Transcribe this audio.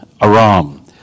Aram